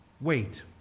wait